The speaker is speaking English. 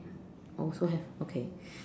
also have okay